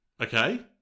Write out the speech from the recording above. Okay